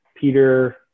Peter